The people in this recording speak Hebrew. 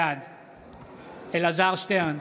בעד אלעזר שטרן,